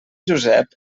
josep